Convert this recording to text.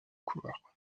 couloir